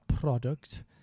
product